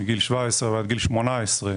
מגיל 17 ועד גיל 18,